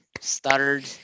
stuttered